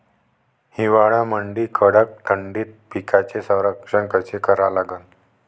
हिवाळ्यामंदी कडक थंडीत पिकाचे संरक्षण कसे करा लागन?